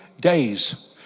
days